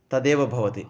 तदेव भवति